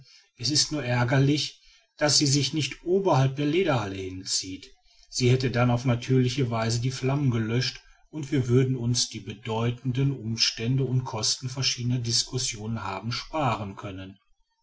es ist nur ärgerlich daß sie sich nicht oberhalb der lederhalle hinzieht sie hätte dann auf natürliche weise die flammen gelöscht und wir würden uns die bedeutenden umstände und kosten verschiedener discussion haben sparen können